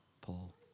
Paul